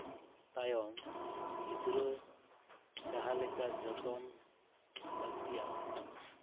ᱛᱟᱭᱚᱢ ᱜᱤᱫᱽᱨᱟᱹ ᱡᱟᱦᱟᱸ ᱞᱮᱠᱟ ᱡᱚᱛᱚᱱ ᱞᱟᱹᱠᱛᱤᱭᱟ